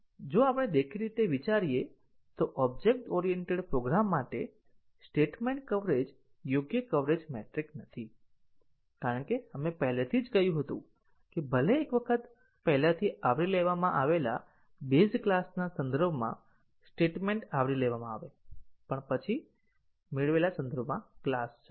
જો આપણે દેખીતી રીતે વિચારીએ તો ઓબ્જેક્ટ ઓરિએન્ટેડ પ્રોગ્રામ માટે સ્ટેટમેન્ટ કવરેજ યોગ્ય કવરેજ મેટ્રિક નથી કારણ કે આપણે પહેલેથી જ કહ્યું હતું કે ભલે એક વખત પહેલાથી આવરી લેવામાં આવેલા બેઝ ક્લાસના સંદર્ભમાં સ્ટેટમેન્ટ આવરી લેવામાં આવે પણ પછી મેળવેલા સંદર્ભમાં ક્લાસ હશે